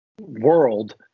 world